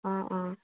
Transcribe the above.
অঁ অঁ